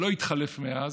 שלא התחלף מאז,